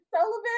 Sullivan